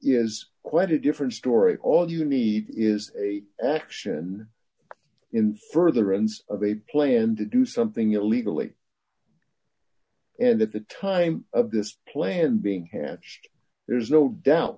is quite a different story all you need is a action in furtherance of a plan to do something illegally and at the time of this plan being handed there's no doubt